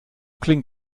klingt